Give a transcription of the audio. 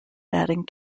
batting